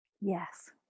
Yes